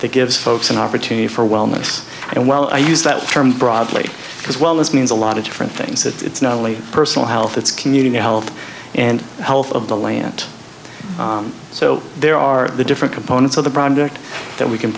that gives folks an opportunity for wellness and well i use that term broadly because wellness means a lot of different things it's not only personal health it's community health and health of the land so there are the different components of the project that we can